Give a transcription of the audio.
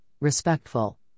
respectful